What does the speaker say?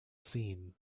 seen